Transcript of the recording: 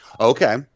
Okay